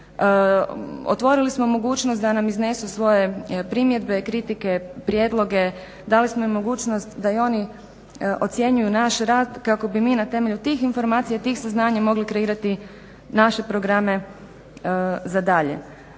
Otvorili smo mogućnost da nam iznesu svoje primjedbe, kritike, prijedloge. Dali smo im mogućnost da i oni ocjenjuju naš rad kako bi mi na temelju tih informacija i tih saznanja mogli kreirati naše programe za dalje.